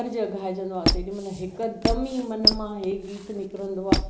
अर्ज़ु अघाइजंदो आहे तेॾीमहिल हिकदमि ई मन मां हे गीत निकिरींदो आहे